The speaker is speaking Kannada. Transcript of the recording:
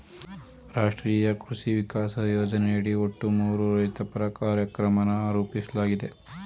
ರಾಷ್ಟ್ರೀಯ ಕೃಷಿ ವಿಕಾಸ ಯೋಜನೆಯಡಿ ಒಟ್ಟು ಮೂರು ರೈತಪರ ಕಾರ್ಯಕ್ರಮನ ರೂಪಿಸ್ಲಾಗಿದೆ